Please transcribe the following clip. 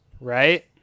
right